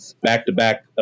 back-to-back